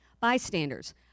Bystanders